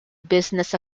business